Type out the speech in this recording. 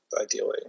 ideally